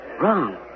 wrong